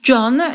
John